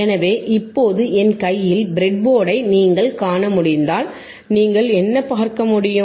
எனவே இப்போது என் கையில் ப்ரெட்போர்டை நீங்கள் காண முடிந்தால் நீங்கள் என்ன பார்க்க முடியும்